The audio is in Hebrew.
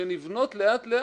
שנבנות לאט לאט.